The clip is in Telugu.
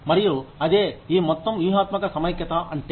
మరియు అదే ఈ మొత్తం వ్యూహాత్మక సమైక్యత అంటే